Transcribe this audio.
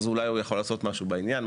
אז אולי הוא יוכל לעשות משהו בעניין.